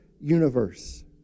universe